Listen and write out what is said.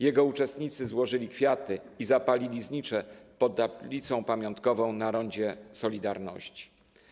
Jego uczestnicy złożyli kwiaty i zapalili znicze pod tablicą pamiątkową na rondzie „Solidarności”